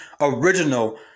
original